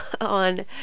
on